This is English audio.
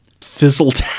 fizzled